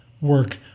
work